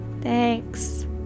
Thanks